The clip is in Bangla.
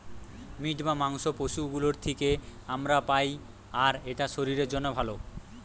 মিট বা মাংস পশু গুলোর থিকে আমরা পাই আর এটা শরীরের জন্যে ভালো